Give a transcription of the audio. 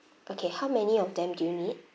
okay how many of them do you need